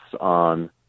on